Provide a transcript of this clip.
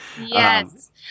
Yes